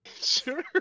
Sure